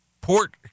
port